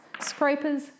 scrapers